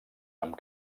amb